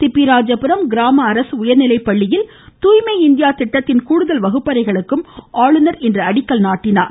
திப்பிராஜபுரம் கிராம அரசு உயா்நிலை பள்ளியில் தூய்மை இந்தியா திட்டத்தின் கூடுதல் வகுப்பறைகளுக்கும் ஆளுநர் இன்று அடிக்கல் நாட்டினார்